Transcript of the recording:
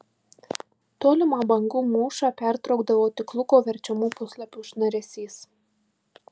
tolimą bangų mūšą pertraukdavo tik luko verčiamų puslapių šnaresys